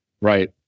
right